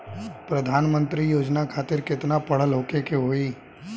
प्रधानमंत्री योजना खातिर केतना पढ़ल होखे के होई?